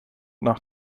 nach